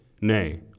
Nay